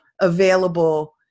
available